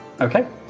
Okay